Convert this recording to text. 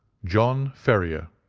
john ferrier,